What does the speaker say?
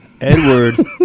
Edward